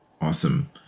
Awesome